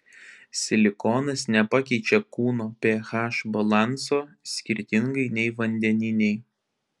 silikonas nepakeičia kūno ph balanso skirtingai nei vandeniniai